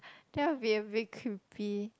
that will be a bit creepy